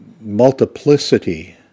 multiplicity